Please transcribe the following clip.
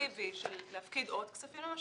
אקטיבי של הפקדת כספים נוספים,